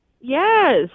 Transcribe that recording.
Yes